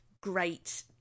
great